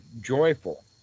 Joyful